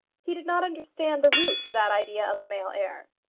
he did not understand the root of that idea of a male heir.